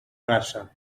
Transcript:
raça